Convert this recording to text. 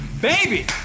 baby